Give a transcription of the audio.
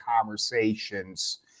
conversations